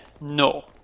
no